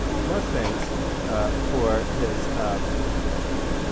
most famous for his let me